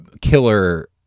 killer